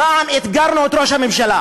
פעם אתגרנו את ראש הממשלה.